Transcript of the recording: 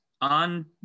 On